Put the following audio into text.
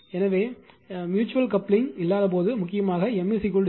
எனவே mutual coupling இல்லாத போது முக்கியமாக எம் 0